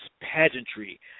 pageantry